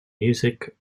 music